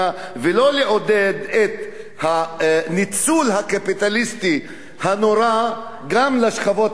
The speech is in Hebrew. ולא לעודד את הניצול הקפיטליסטי הנורא גם של השכבות החלשות.